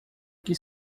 que